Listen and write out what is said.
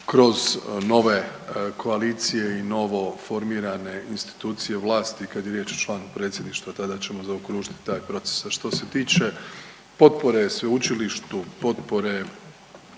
kroz nove koalicije i novo formirane institucije vlasti kada je riječ o članu predsjedništva tada ćemo zaokružiti taj proces. A što se tiče potpore sveučilištu, potpore